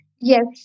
Yes